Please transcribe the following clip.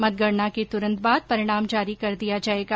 मतगणना के तूरंत बाद परिणाम जारी कर दिया जायेगा